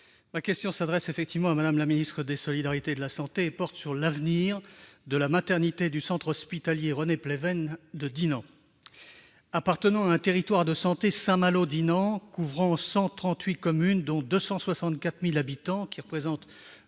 ma question s'adressait à Mme la ministre des solidarités et de la santé. Elle porte sur l'avenir de la maternité du Centre hospitalier René-Pleven à Dinan. Appartenant au territoire de santé Saint-Malo-Dinan, qui couvre 138 communes pour 264 000 habitants, soit